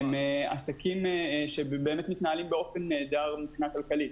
עסקים שמתנהלים באופן נהדר מבחינה כלכלית,